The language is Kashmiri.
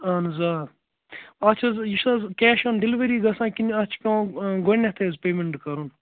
اَہَن حظ آ اَتھ چھِ حظ یہِ چھِ حظ کیش آن ڈیلؤری گَژھان کِنہٕ اَتھ چھِ پٮ۪وان گۄڈنٮ۪تھٕے حظ پیمٮ۪نٛٹہٕ کرُن